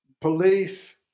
Police